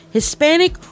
Hispanic